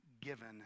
given